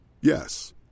Yes